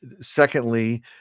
secondly